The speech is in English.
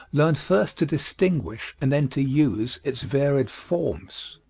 learn first to distinguish and then to use its varied forms.